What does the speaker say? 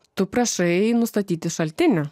tu prašai nustatyti šaltinį